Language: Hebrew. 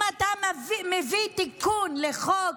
אם אתה מביא תיקון לחוק,